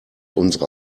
unsere